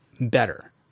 better